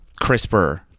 CRISPR